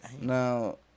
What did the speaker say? now